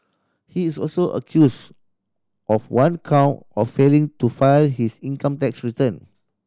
he is also accused of one count of failing to file his income tax return